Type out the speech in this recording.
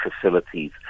facilities